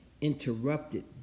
interrupted